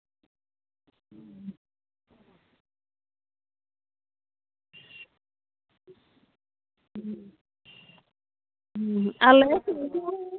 ᱦᱩᱸ ᱟᱞᱮ ᱥᱮᱫ ᱦᱤᱡᱩᱜ